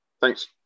Thanks